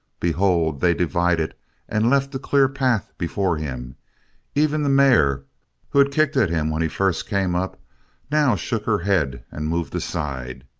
behold, they divided and left a clear path before him even the mare who had kicked at him when he first came up now shook her head and moved aside.